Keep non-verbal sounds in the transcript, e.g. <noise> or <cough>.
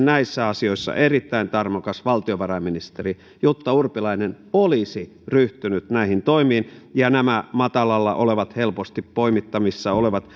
<unintelligible> näissä asioissa erittäin tarmokas valtiovarainministeri jutta urpilainen olisivat ryhtyneet näihin toimiin ja nämä matalalla olevat helposti poimittavissa olevat <unintelligible>